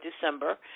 December